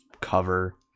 cover